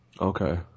Okay